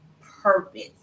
purpose